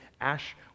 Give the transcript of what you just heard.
Ash